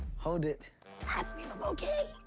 hold it. ask me if i'm okay.